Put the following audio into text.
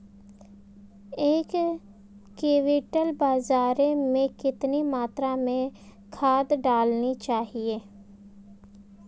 एक क्विंटल बाजरे में कितनी मात्रा में खाद डालनी चाहिए?